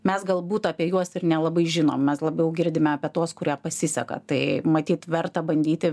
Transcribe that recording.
mes galbūt apie juos ir nelabai žinom mes labiau girdime apie tuos kurie pasiseka tai matyt verta bandyti